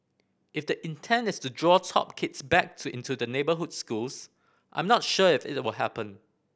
if the intent is to draw top kids back into the neighbourhood schools I'm not sure if it will happen